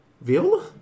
Viola